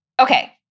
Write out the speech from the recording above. Okay